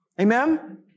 Amen